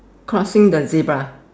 crossing the zebra